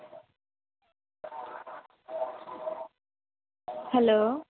hello